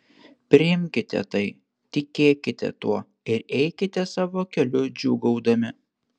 priimkite tai tikėkite tuo ir eikite savo keliu džiūgaudami